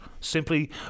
simply